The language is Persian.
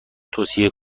توصیه